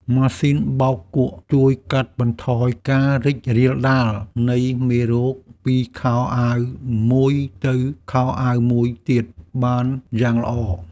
ម៉ាស៊ីនបោកគក់ជួយកាត់បន្ថយការរីករាលដាលនៃមេរោគពីខោអាវមួយទៅខោអាវមួយទៀតបានយ៉ាងល្អ។